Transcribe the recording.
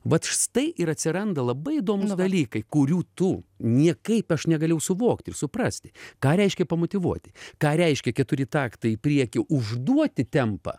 vat štai ir atsiranda labai įdomūs dalykai kurių tu niekaip aš negalėjau suvokti ir suprasti ką reiškia pamotyvuoti ką reiškia keturi taktai į priekį užduoti tempą